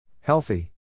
Healthy